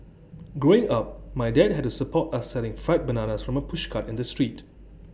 growing up my dad had to support us selling fried bananas from A pushcart in the street